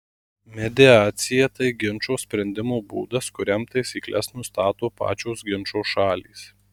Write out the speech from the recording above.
mediacija tai ginčo sprendimo būdas kuriam taisykles nustato pačios ginčo šalys